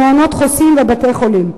מעונות חוסים ובתי-חולים.